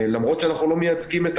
למרות שאנחנו לא מייצגים את